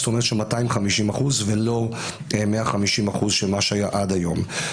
זאת אומרת 250% ולא 150% שהיה עד היום.